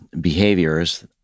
behaviors